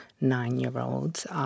nine-year-olds